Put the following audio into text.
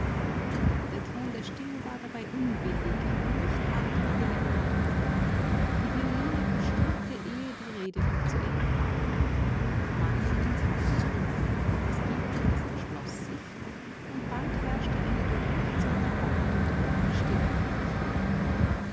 der ton der stimme war dabei unwillig aber nicht hart oder beleidigend die violine verstummte ehe die rede noch zu ende war der mann ging ins haus zurück das giebelfenster schloß sich und bald herrschte eine durch nichts unterbrochene totenstille um mich her